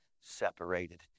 separated